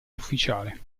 ufficiale